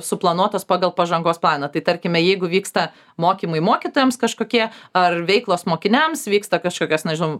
suplanuotos pagal pažangos planą tai tarkime jeigu vyksta mokymai mokytojams kažkokie ar veiklos mokiniams vyksta kažkokios nežinau